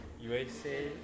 USA